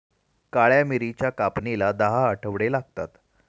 काळ्या मिरीच्या कापणीला दहा आठवडे लागतात